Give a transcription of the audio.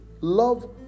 love